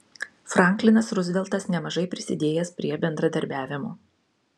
franklinas ruzveltas nemažai prisidėjęs prie bendradarbiavimo